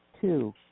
two